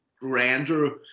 grander